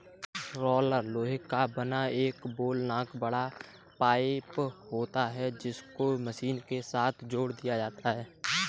roller लोहे का बना एक बेलनाकर बड़ा पाइप होता है जिसको मशीन के साथ जोड़ दिया जाता है